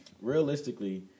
realistically